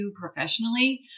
professionally